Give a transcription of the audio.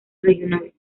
regionales